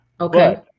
okay